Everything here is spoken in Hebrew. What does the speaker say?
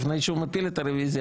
לפני שהוא מפיל את הרוויזיה,